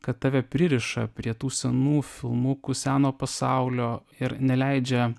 kad tave pririša prie tų senų filmukų seno pasaulio ir neleidžia